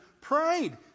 prayed